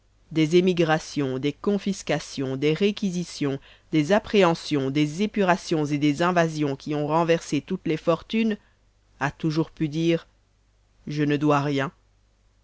des émigrations des confiscations des réquisitions des appréhensions des épurations et des invasions qui ont renversé toutes les fortunes a toujours pu dire je ne dois rien